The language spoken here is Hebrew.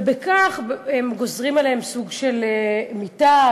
ובכך הם גוזרים עליהם סוג של מיתה,